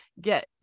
get